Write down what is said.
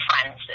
friends